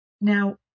Now